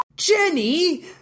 Jenny